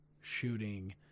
shooting